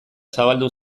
zabaldu